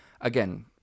Again